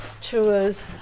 tours